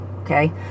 okay